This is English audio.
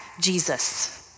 Jesus